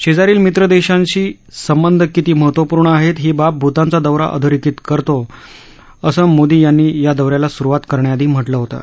शेजारील मित्र देशाशी संबंध कीती महत्वपूर्ण आहेत ही बाब भूतानचा दौरा अधोरेखित करतो असं मोदी यांनी या दौऱ्याला स्रुवात करण्याआधी म्ह लं होतं